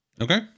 Okay